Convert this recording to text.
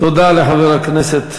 תודה לחבר הכנסת